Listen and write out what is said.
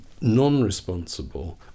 non-responsible